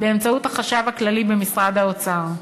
באמצעות החשב הכללי במשרד האוצר.